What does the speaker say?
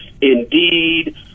Indeed